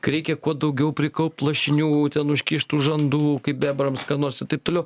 kreikia kuo daugiau prikaupt lašinių ten užkištų žandų kaip bebrams ką nors ir taip toliau